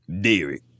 Derek